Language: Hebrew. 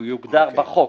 ויוגדר בחוק.